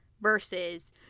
versus